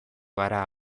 gara